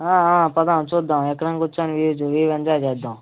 పద చూద్దాం ఎక్కడన్నా కూర్చొని ఏజ్ ఈ ఏజ్ ఎంజాయ్ చేద్దాం